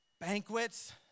Banquets